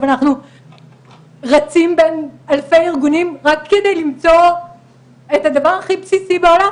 אבל אנחנו רצים דרך אלפי ארגונים רק כדי למצוא את הדבר הכי בסיסי בעולם,